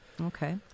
Okay